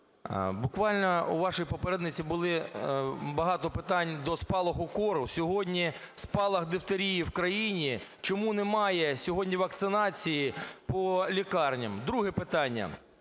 буквально у вашої попередниці було багато питань до спалаху кору, сьогодні спалах дифтерії в країні. Чому немає сьогодні вакцинації по лікарням? Друге питання.